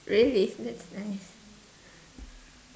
really that's nice